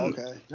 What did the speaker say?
Okay